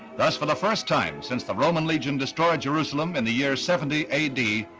thus for the first time since the roman legion destroyed jerusalem in the year seventy a d,